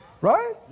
Right